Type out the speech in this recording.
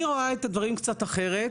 אני רואה את הדברים קצת אחרת.